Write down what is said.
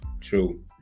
True